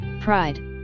pride